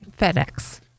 FedEx